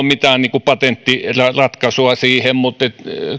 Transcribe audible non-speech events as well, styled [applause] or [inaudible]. [unintelligible] mitään patenttiratkaisua siihen mutta